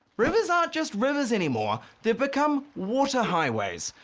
rivers aren't just rivers anymore. they've become water highways.